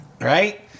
right